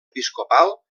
episcopal